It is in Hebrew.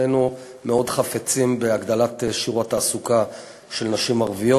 שנינו מאוד חפצים בהגדלת שיעור התעסוקה של נשים ערביות.